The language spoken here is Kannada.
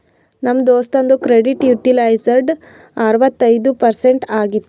ನಮ್ ದೋಸ್ತುಂದು ಕ್ರೆಡಿಟ್ ಯುಟಿಲೈಜ್ಡ್ ಅರವತ್ತೈಯ್ದ ಪರ್ಸೆಂಟ್ ಆಗಿತ್ತು